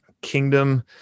kingdom